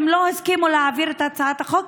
הם לא הסכימו להעביר את הצעת החוק,